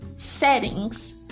settings